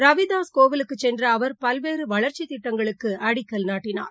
ரவிதாஸ் கோவிலுக்குசென்றஅவர் பல்வேறுவளர்ச்சிதிட்டங்களுக்குஅடிக்கல் நாட்டினார்